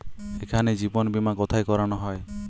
এখানে জীবন বীমা কোথায় করানো হয়?